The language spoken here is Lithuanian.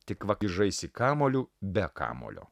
tik va kai žaisi kamuoliu be kamuolio